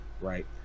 right